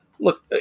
Look